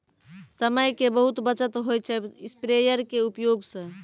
समय के बहुत बचत होय छै स्प्रेयर के उपयोग स